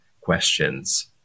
questions